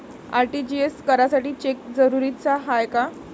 RTGS करासाठी cheque जरुरीचा हाय काय?